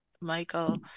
Michael